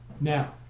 Now